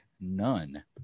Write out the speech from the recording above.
none